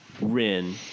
Rin